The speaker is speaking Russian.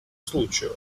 случаю